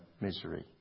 misery